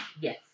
Yes